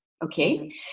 Okay